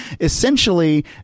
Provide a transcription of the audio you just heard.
essentially